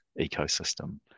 ecosystem